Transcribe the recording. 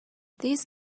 these